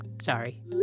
Sorry